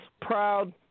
proud